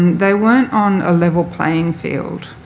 they weren't on a level playing field.